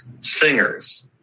singers